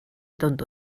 tonto